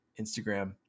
Instagram